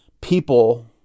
people